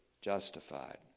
justified